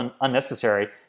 unnecessary